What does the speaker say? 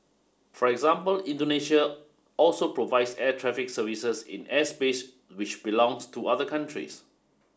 for example Indonesia also provides air traffic services in airspace which belongs to other countries